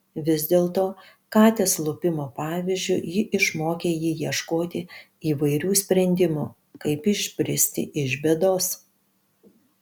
vis dėlto katės lupimo pavyzdžiu ji išmokė jį ieškoti įvairių sprendimų kaip išbristi iš bėdos